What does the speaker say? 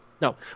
No